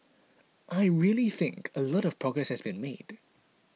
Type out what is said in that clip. I really think a lot of progress has been made